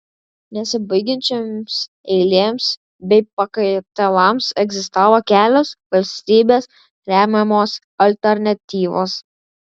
nesibaigiančioms eilėms bei pakaitalams egzistavo kelios valstybės remiamos alternatyvos